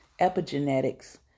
epigenetics